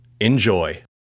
enjoy